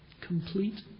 Complete